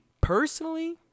Personally